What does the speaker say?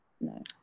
No